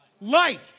Light